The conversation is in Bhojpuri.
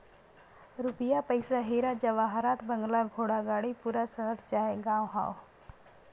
रुपिया पइसा हीरा जवाहरात बंगला घोड़ा गाड़ी पूरा शहर चाहे गांव हौ